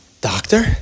doctor